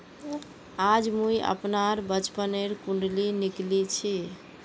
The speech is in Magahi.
आज मुई अपनार बचपनोर कुण्डली निकली छी